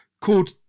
called